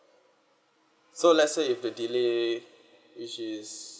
so let's say if the delay which is